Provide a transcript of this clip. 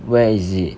where is it